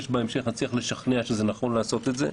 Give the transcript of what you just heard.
שבהמשך נצליח לשכנע שזה נכון לעשות את זה.